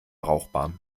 brauchbar